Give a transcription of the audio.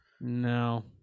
No